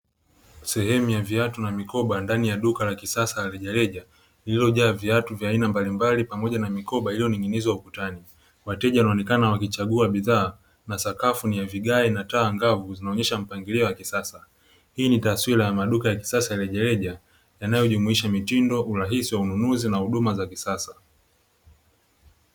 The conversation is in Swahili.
Sehemu ya viatu na vikoba ndani ya duka la kisasa la rejareja, iliyojaa viatu vya aina mbalimbali pamoja na mikoba iliyoning'inizwa ukutani, wateja wanaonekana wakichagua bidhaa na sakafu ni ya vigai, na taa angavu inaonyesha mpangilio wa kisasa. Hii ni taswira ya maduka ya kisasa na rejareja, yanayojumlisha mitindo na urahisi wa ununuzi na huduma za kisasa.